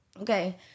Okay